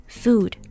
food